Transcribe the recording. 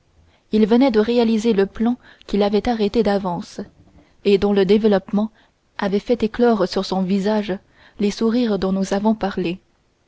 il venait de réaliser le plan qu'il avait arrêté d'avance et dont le développement avait fait éclore sur son visage les sourires dont nous avons parlé